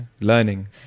Learning